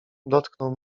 dotknął